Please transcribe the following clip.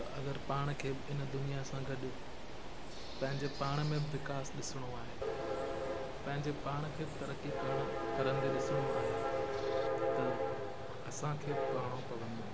त अगरि पाण खे इन दुनिया सां गॾु पंहिंजे पाण में बि विकास ॾिसिणो आहे पंहिंजे पाण खे बि तरकी करण करंदे ॾिसिणो आहे त असांखे बि पढ़िणो पवंदो